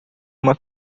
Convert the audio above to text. uma